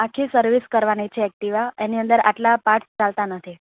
આખી સર્વિસ કરવાની છે એક્ટિવા એની અંદર આટલા પાર્ટસ ચાલતા નથી